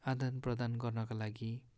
आदान प्रदान गर्नका लागि